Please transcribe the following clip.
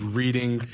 reading